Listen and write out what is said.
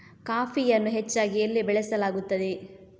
ಕಾಫಿಯನ್ನು ಹೆಚ್ಚಾಗಿ ಎಲ್ಲಿ ಬೆಳಸಲಾಗುತ್ತದೆ?